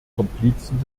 komplizen